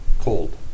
Cold